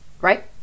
right